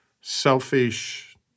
selfish